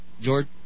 George